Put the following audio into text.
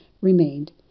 remained